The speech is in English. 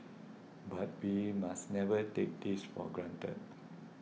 but be must never take this for granted